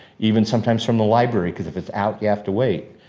even sometimes from the library, cause if it's out, you have to wait,